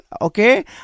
okay